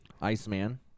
Iceman